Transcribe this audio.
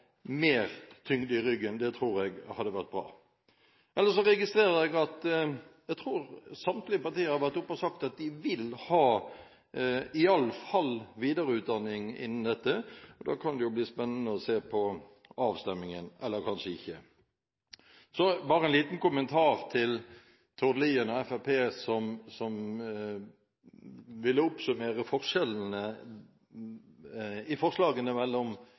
mer tyngde i ryggen. Det tror jeg hadde vært bra. Ellers regististrer jeg at samtlige partier, tror jeg, har vært oppe og sagt at de vil ha iallfall videreutdanning innen dette. Da kan det jo bli spennende å se på avstemningen – eller kanskje ikke. Så bare en liten kommentar til Tord Lien og Fremskrittspartiet som ville oppsummere forskjellene i forslagene